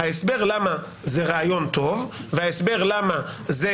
ההסבר למה זה רעיון טוב וההסבר למה זה